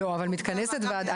אבל מתכנסת ועדה.